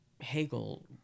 Hegel